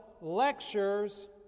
Lectures